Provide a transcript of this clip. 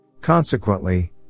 Consequently